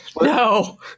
No